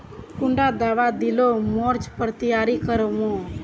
कुंडा दाबा दिले मोर्चे पर तैयारी कर मो?